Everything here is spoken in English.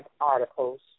articles